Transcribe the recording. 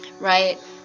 Right